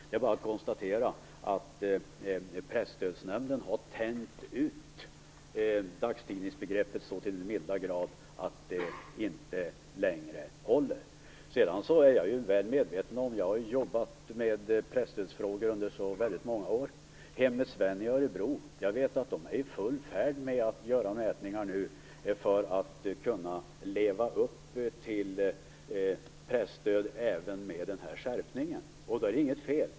Det är bara att konstatera att Presstödsnämnden har tänjt ut dagstidningsbegreppet så till den milda grad att det inte längre håller. Jag har jobbat med presstödsfrågor under väldigt många år, och jag är väl medveten om att Hemmets Vän i Örebro är i full färd med att göra mätningar för att kunna leva upp till kriterierna för presstöd även med denna skärpning. Det är inget fel.